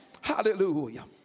Hallelujah